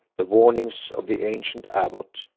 the warnings of the ancient abbot,